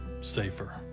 safer